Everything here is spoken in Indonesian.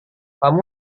kamu